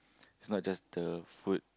it's not just the food